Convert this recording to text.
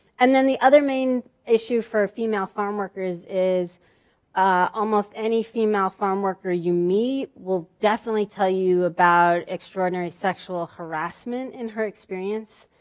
and then the other main issue for female farmworkers is almost any female farmworker you meet will definitely tell you about extraordinary sexual harassment in her experience.